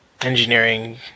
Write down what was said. engineering